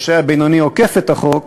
פושע בינוני עוקף את החוק,